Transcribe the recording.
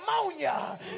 ammonia